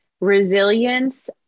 resilience